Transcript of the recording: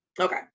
Okay